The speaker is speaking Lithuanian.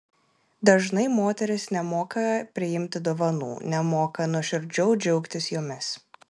dažnai moterys nemoka priimti dovanų nemoka nuoširdžiau džiaugtis jomis